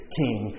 king